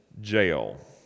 jail